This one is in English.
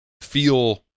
feel